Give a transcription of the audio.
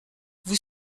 vous